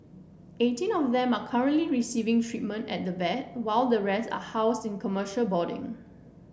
eighteen of them are currently receiving treatment at the vet while the rest are housed in commercial boarding